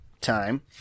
time